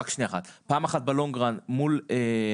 לכן אנחנו פעם אחת ב-long run מול הממונה